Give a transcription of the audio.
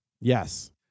Yes